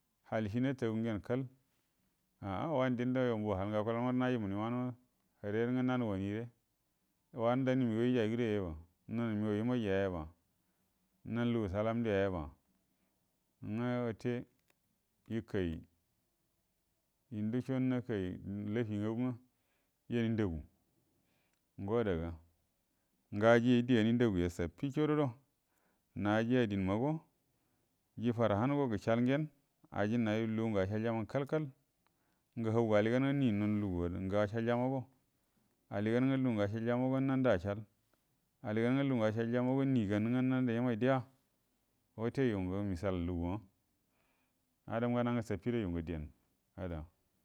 Hal shi natagu ngen kall a'a wanə marə yu ngə hal ngə akulal manə nayi muni wannə marə həre marə nanə munire wanə danəyu wigau ijai gudo ya yaba nunə migau imaija yaba nanə lugu salam ndə ya yaba nga wute kai induso nakai laifi ngagu nga yani ndagu ngo adaga ngə aji di ani ndagu ya saffichorodo na'a ji adinmago ji farhango gəshal ngenə aji nayu ləgu naə ashalyama kalkal ngə hau aliganə nga ni nahə lugu ngə ashalya mago ngə lugu ngə ashalya mago handə ashal aliganə nga lugu ngə ashalya mago niganə ngə nandə imai deya wute yu ngə misal luguwa adam nganama shafido yu ngə diyanə ada